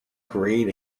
grain